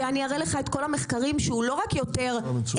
שאני אראה לך את כל המחקרים שהוא לא רק יותר איכותי,